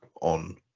on